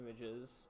images